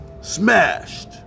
smashed